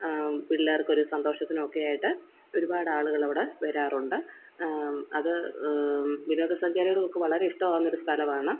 പിള്ളേര്ക്ക് ഒരു സന്തോഷത്തിനുമൊക്കെയായിട്ട് ഒരുപാട് ആളുകൾ അവിടെ വരാറുണ്ട് അത് വിനോദസഞ്ചാരികള്ക്ക് വളരെ ഇഷ്ടമാകുന്ന ഒരു സ്ഥലമാണ്